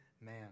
man